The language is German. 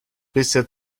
bisher